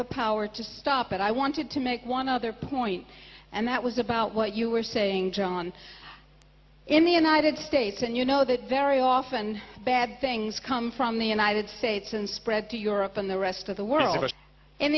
the power to stop it i wanted to make one other point and that was about what you were saying john in the united states and you know that very often bad things come from the united states and spread to europe and the rest of the world in